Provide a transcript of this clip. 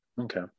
Okay